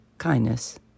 kindness